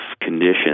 conditions